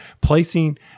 placing